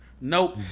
Nope